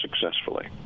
successfully